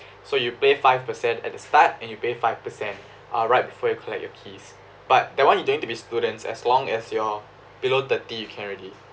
so you pay five percent at the start and you pay five percent uh right before you collect your keys but that one you don't need to be students as long as you're below thirty you can already